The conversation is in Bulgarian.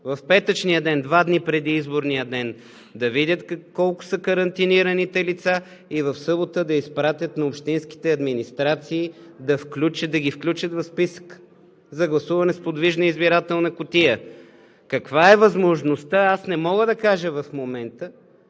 В петъчния ден – два дни преди изборния ден, да видят колко са карантинираните лица и в събота да изпратят на общинските администрации да ги включат в списъка за гласуване с подвижна избирателна кутия. Каква е възможността, аз не мога да кажа в момента,